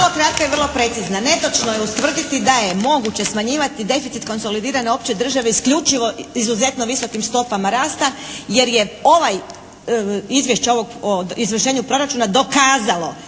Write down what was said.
Vrlo kratka i vrlo precizna. Netočno je ustvrditi da je moguće smanjivati deficit konsolidirane opće države isključivo izuzetno visokim stopama rasta jer je ovaj, izvješća ovog o izvršenju proračuna dokazalo